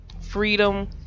freedom